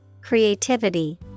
creativity